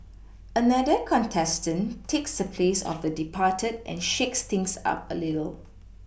another contestant takes the place of the departed and shakes things up a little